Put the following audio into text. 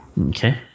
Okay